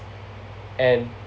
and